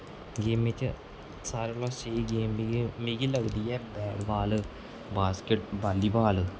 गेमें च सारें कोला स्हेई गेम जेह्ड़ी मिगी लगदी ऐ बैटबाल बासकिटबाल बासकिटवाल